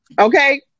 okay